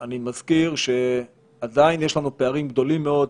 ועל זה אני מבקשת שתמקד את הדיון, היושב-ראש.